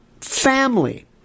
family